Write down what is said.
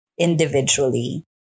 Individually